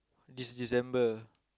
this December